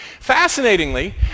Fascinatingly